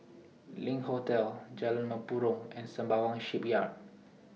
LINK Hotel Jalan Mempurong and Sembawang Shipyard